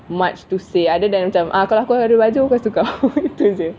much to say other than macam kalau aku ada baju aku kasi kau tu jer